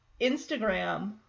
Instagram